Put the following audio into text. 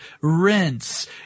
rinse